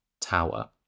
tower